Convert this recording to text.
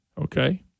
Okay